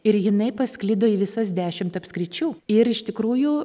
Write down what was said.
ir jinai pasklido į visas dešimt apskričių ir iš tikrųjų